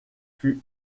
fut